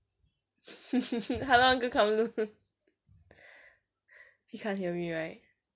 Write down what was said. hello uncle kumlun he can't hear me right